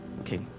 okay